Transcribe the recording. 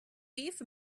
beef